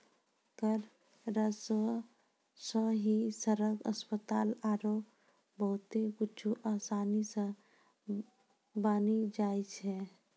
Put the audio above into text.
कर राजस्व सं ही सड़क, अस्पताल आरो बहुते कुछु आसानी सं बानी जाय छै